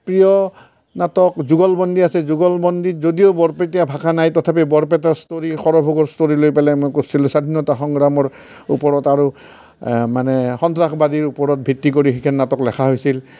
প্ৰিয় নাটক যুগলবন্দী আছে যুগলবন্দীত যদিও বৰপেটীয়া ভাষা নাই তথাপি বৰপেটাৰ ষ্ট'ৰী সৰভোগৰ ষ্ট'ৰী লৈ পেলাই মই কৰিছিলোঁ স্বাধীনতা সংগ্ৰামৰ ওপৰত আৰু আ মানে সন্ত্ৰাসবাদীৰ ওপৰত ভিত্তি কৰি সেইখন নাটক লেখা হৈছিল